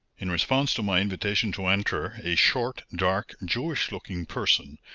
in response to my invitation to enter a short, dark, jewish-looking person,